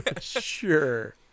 Sure